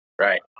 Right